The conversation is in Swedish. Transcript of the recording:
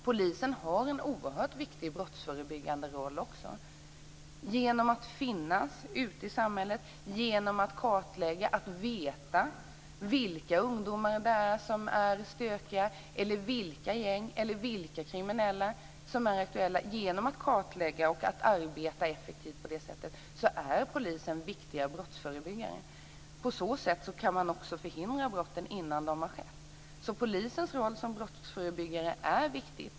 Polisen har en oerhört viktig brottsförebyggande roll genom att finnas ute i samhället, genom att kartlägga och veta vilka ungdomar det är som är stökiga och vilka gäng eller kriminella som är aktuella. Genom att kartlägga och arbeta effektivt på det sättet är poliser viktiga brottsförebyggare. På så sätt kan man också förhindra brotten innan de har skett. Så polisens roll som brottsförebyggare är viktig.